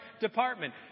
department